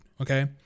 okay